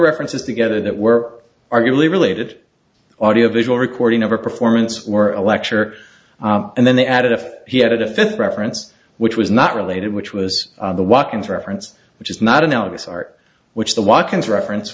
references together that were arguably related audiovisual recording of a performance were a lecture and then they added if he had a fifth reference which was not related which was the walk ins reference which is not analogous art which the watkins reference